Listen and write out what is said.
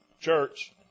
church